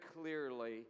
clearly